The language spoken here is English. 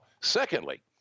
Secondly